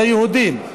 ליהודים.